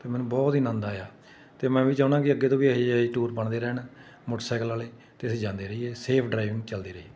ਅਤੇ ਮੈਨੂੰ ਬਹੁਤ ਵਧੀਆ ਆਨੰਦ ਆਇਆ ਅਤੇ ਮੈਂ ਵੀ ਚਾਹੁੰਦਾ ਕਿ ਅੱਗੇ ਤੋਂ ਵੀ ਇਹੋ ਇਹ ਟੂਰ ਬਣਦੇ ਰਹਿਣ ਮੋਟਰਸਾਈਕਲ ਵਾਲੇ ਅਤੇ ਅਸੀਂ ਜਾਂਦੇ ਰਹੀਏ ਸੇਫ ਡਰਾਈਵਿੰਗ ਚਲਦੇ ਰਹੀਏ